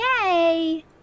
Yay